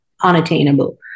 unattainable